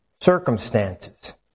circumstances